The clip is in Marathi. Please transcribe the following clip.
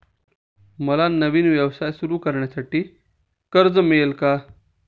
मला नवीन व्यवसाय सुरू करण्यासाठी कर्ज मिळेल का?